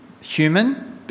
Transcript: human